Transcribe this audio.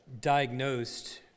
diagnosed